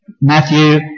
Matthew